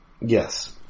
Yes